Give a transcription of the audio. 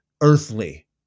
earthly